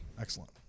excellent